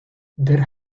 der